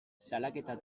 salaketa